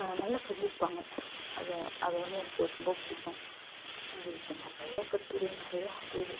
நல்லா சொல்லியிருப்பாங்க அதை அதை வந்து எனக்கு ரொம்ப பிடிக்கும் இப்போ நிறைய கட்டுரை நிறைய வந்து